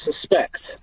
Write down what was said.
suspect